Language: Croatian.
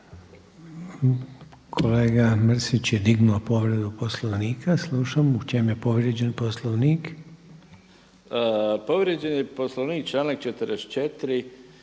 Kolega Mrsić je dignuo povredu Poslovnika, slušam u čem je povrijeđen Poslovnik. **Mrsić, Mirando (SDP)** Povrijeđen je poslovnik članak 44.